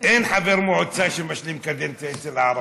אין חבר מועצה שמשלים קדנציה אצל הערבים.